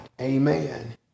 Amen